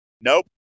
Nope